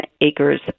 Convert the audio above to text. acres